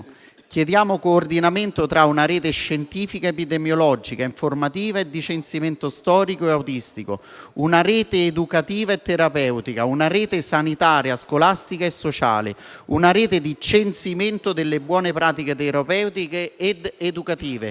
Chiediamo coordinamento tra una rete scientifica, epidemiologica, informativa e di censimento storico e statistico, una rete educativa e terapeutica, una rete sanitaria scolastica e sociale, una rete di censimento delle buone pratiche terapeutiche ed educative,